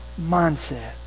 mindset